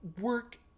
work